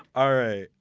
alright,